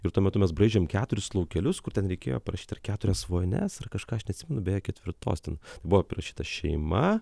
ir tuo metu mes braižėm keturis laukelius kur ten reikėjo parašyt ar keturias vonias ar kažką aš neatsimenu beje ketvirtos ten buvo parašyta šeima